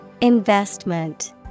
Investment